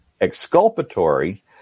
exculpatory